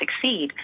succeed